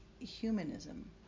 humanism